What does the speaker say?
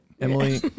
Emily